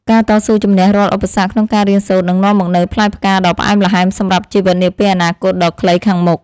ការតស៊ូជម្នះរាល់ឧបសគ្គក្នុងការរៀនសូត្រនឹងនាំមកនូវផ្លែផ្កាដ៏ផ្អែមល្ហែមសម្រាប់ជីវិតនាពេលអនាគតដ៏ខ្លីខាងមុខ។